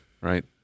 right